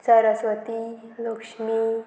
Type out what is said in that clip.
Saraswati Lakshmi